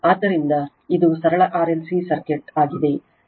ಆದ್ದರಿಂದ ಇದು ಸರಳ ಸರಣಿ RLC ಸರ್ಕ್ಯೂಟ್ ಆಗಿದೆ